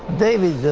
david,